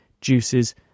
juices